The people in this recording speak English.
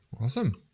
Awesome